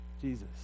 Jesus